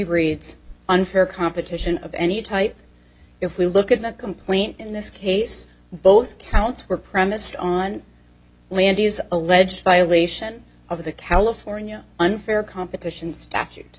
breeds unfair competition of any type if we look at the complaint in this case both counts were premised on landis alleged violation of the california unfair competition statute